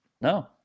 No